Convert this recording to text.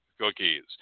cookies